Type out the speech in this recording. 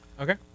Okay